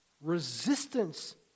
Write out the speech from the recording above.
resistance